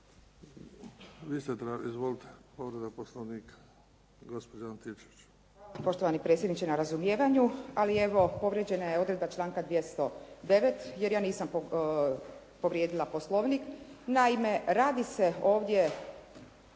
vi ste tražili, izvolite, povreda Poslovnika, gospođa Antičević.